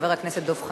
חבר הכנסת דב חנין.